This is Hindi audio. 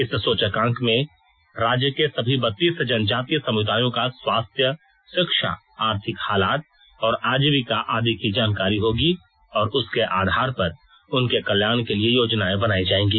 इस सूचकांक में राज्य के सभी बत्तीस जनजातीय समुदायों का स्वास्थ्य शिक्षा आर्थिक हालात और आजीविका आदि की जानकारी होगी और उसके आधार पर उनके कल्याण के लिए योजनाए बनाई जाएगी